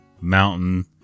Mountain